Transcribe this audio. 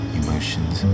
emotions